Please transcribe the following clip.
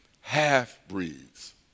half-breeds